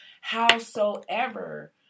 Howsoever